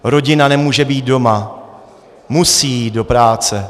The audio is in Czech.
Rodina nemůže být doma, musí jít do práce.